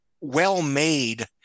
well-made